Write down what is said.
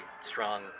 strong